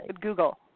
Google